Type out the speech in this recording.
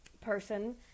person